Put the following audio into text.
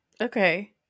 Okay